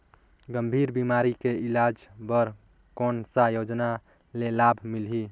गंभीर बीमारी के इलाज बर कौन सा योजना ले लाभ मिलही?